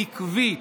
עקבית,